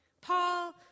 Paul